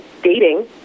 Dating